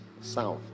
south